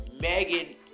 Megan